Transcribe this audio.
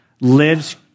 lives